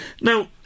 Now